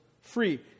free